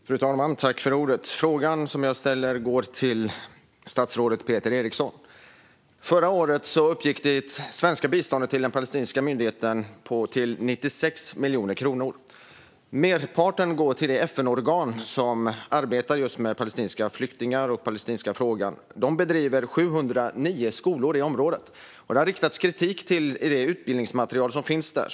Fru talman! Frågan jag ställer går till statsrådet Peter Eriksson. Förra året uppgick det svenska biståndet till den palestinska myndigheten till 96 miljoner kronor. Merparten går till det FN-organ som arbetar just med palestinska flyktingar och med den palestinska frågan. De driver 709 skolor i området, och det har riktats kritik mot det utbildningsmaterial som finns där.